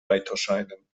weiterscheinen